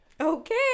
Okay